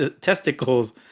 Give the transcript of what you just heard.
testicles